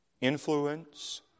influence